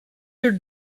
your